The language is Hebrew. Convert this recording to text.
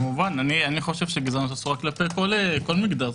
כמובן, אני חושב שגזענות אסורה כלפי כל מגזר.